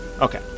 Okay